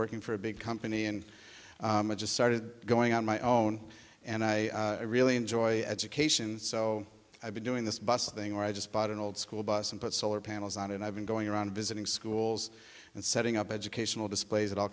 working for a big company and i just started going on my own and i really enjoy education so i've been doing this bus thing where i just bought an old school bus and put solar panels on and i've been going around visiting schools and setting up educational displays at all